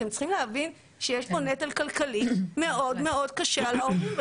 אתם צריכים להבין שיש פה נטל כלכלי מאוד קשה על ההורים.